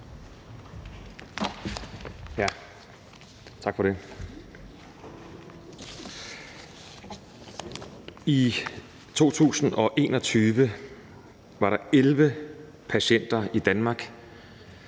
I 2021 var der 11 patienter i Danmark,